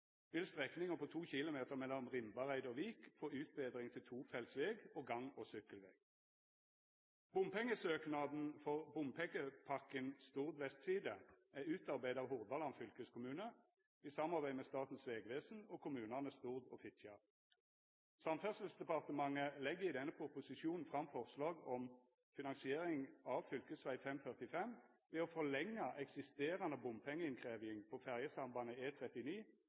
vil strekninga på 2 km mellom Rimbareid og Vik få utbetring til tofelts veg og gang- og sykkelveg. Bompengesøknaden for Bompengepakken Stord vestside er utarbeidd av Hordaland fylkeskommune i samarbeid med Statens vegvesen og kommunane Stord og Fitjar. Samferdselsdepartementet legg i denne proposisjonen fram forslag om finansiering av fv. 545 ved å forlenga eksisterande bompengeinnkrevjing på